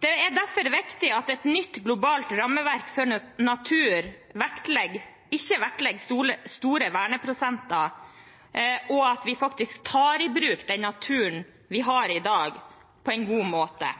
Det er derfor viktig at et nytt globalt rammeverk for natur ikke vektlegger store verneprosenter, og at vi faktisk tar i bruk den naturen vi har i dag på en god måte.